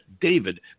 David